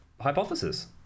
hypothesis